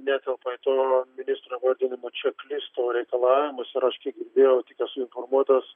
netelpa į to ministro vardinimo čeklisto reikalavimus ir aš kiek girdėjau tik esu informuotas